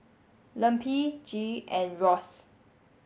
Lempi Gee and Ross